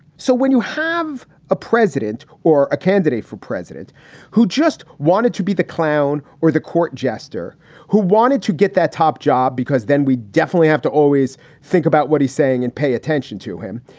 so when you have a president or a candidate for president who just wanted to be the clown or the court jester who wanted to get that top job, because then we definitely have to always think about what he's saying and pay attention to him.